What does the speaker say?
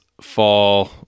fall